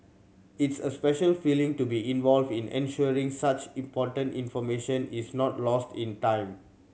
it's a special feeling to be involved in ensuring such important information is not lost in time